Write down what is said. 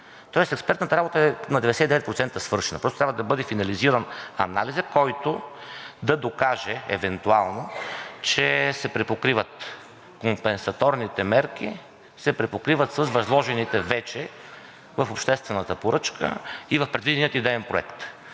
тоест експертната работа е на 99% свършена. Просто трябва да бъде финализиран анализът, който да докаже евентуално, че се припокриват компенсаторните мерки с възложените вече в обществената поръчка и в предвидения идеен проект.